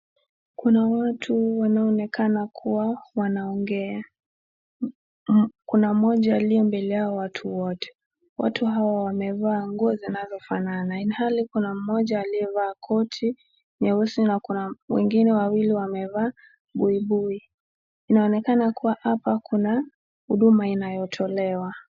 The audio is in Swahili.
Kuna watu wanaonekana kuwa wanaongea. Kuna mmoja aliye mbele ya hao wote, watu hawa wamevaa nguo zinazofanana ilhali kuna mmoja aliyevaa koti nyeusi na kuna mwingine wawili wamevaa buibui. Inaonekana kuwa hapa kuna huduma inayotolewa.